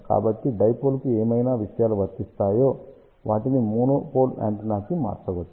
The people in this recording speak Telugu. కాబట్టి డైపోల్కు ఏవైనా విషయాలు వర్తిస్తాయో వాటిని మోనోపోల్ యాంటెన్నాకీ మార్చవచ్చు